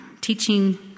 teaching